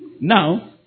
Now